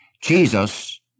Jesus